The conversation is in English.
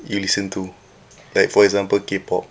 you listen to like for example K pop